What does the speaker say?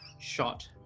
shot